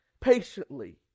patiently